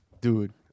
Dude